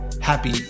Happy